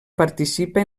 participa